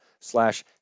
slash